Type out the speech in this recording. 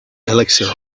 elixir